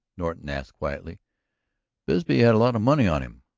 norton asked quietly bisbee had a lot money on him.